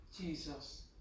jesus